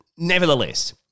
Nevertheless